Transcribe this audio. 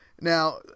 now